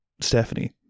Stephanie